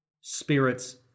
spirits